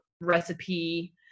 recipe